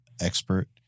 expert